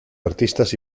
artistas